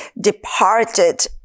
departed